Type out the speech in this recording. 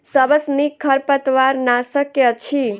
सबसँ नीक खरपतवार नाशक केँ अछि?